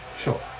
Sure